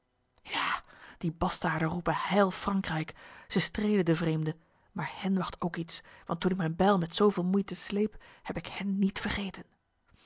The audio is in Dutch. ja die bastaarden roepen heil frankrijk zij strelen de vreemde maar hen wacht ook iets want toen ik mijn bijl met zoveel moeite sleep heb ik hen niet vergeten